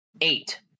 Eight